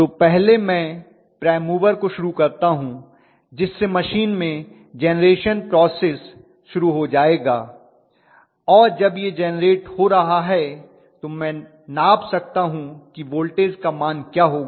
तो पहले मैं प्राइम मूवर को शुरू करता हूं जिससे मशीन में जेनरेशन प्रॉसेस शुरू हो जायेगा और जब यह जेनरेट हो रहा है तो मैं नाप सकता हूं कि वोल्टेज का मान क्या होगा